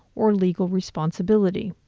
or legal responsibility.